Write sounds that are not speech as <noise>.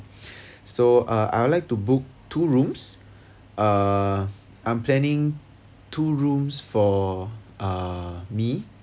<breath> so uh I would like to book two rooms uh I'm planning two rooms for uh me